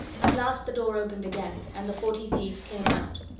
at last the door opened again, and the forty thieves came out.